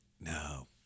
no